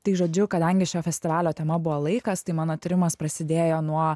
tai žodžiu kadangi šio festivalio tema buvo laikas tai mano tyrimas prasidėjo nuo